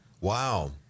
Wow